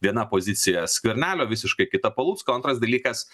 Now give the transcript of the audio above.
viena pozicija skvernelio visiškai kita palucko antras dalykas